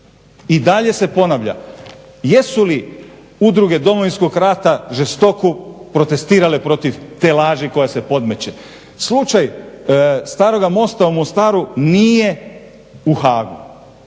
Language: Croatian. I dalje se ponavlja jesu li udruge Domovinskog rata žestoko protestirale protiv te laži koja se podmeće. Slučaj staroga mosta u Mostaru nije u Haagu,